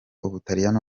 ubutaliyano